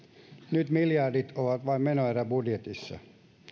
nyt miljardit ovat vain menoerä budjetissa